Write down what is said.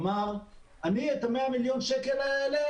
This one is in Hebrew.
אמר שהוא את ה-100 מיליון השקלים האלה